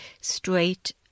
straight